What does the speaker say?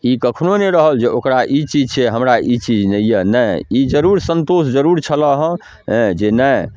ई कखनहु नहि रहल जे ओकरा ई चीज छै हमरा ई चीज नहि अइ नहि ई जरूर सन्तोष जरूर छलै हँ हेँ जे नहि